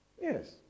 Yes